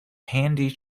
handy